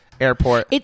airport